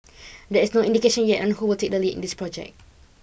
there is no indication yet on who will take the lead in this project